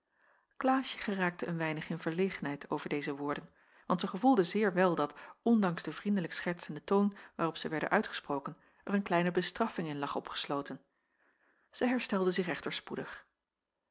klaasje geraakte een weinig in verlegenheid over deze woorden want zij gevoelde zeer wel dat ondanks den vriendelijk schertsenden toon waarop zij werden uitgesproken er een kleine bestraffing in lag opgesloten zij herstelde zich echter spoedig